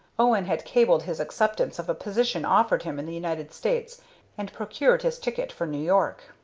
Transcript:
owen had cabled his acceptance of a position offered him in the united states and procured his ticket for new york.